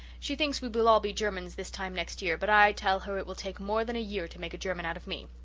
she thinks we will all be germans this time next year but i tell her it will take more than a year to make a german out of me.